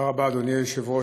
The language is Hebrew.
אדוני היושב-ראש,